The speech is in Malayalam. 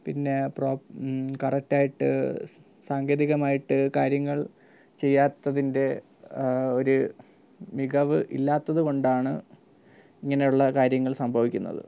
പിന്നെ കറക്റ്റായിട്ട് സാങ്കേതികമായിട്ട് കാര്യങ്ങൾ ചെയ്യാത്തതിൻ്റെ ഒരു മികവ് ഇല്ലാത്തതു കൊണ്ടാണ് ഇങ്ങനെ ഉള്ള കാര്യങ്ങൾ സംഭവിക്കുന്നത്